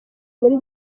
muri